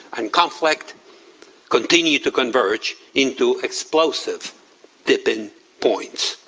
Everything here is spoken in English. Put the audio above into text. and conflict continue to converge into explosive tipping points.